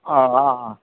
अ अ अ